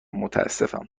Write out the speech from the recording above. متاسفم